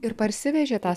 ir parsivežė tą